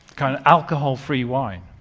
kind of alcohol free wine.